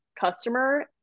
customer